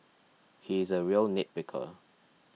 he is a real nitpicker